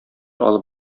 алып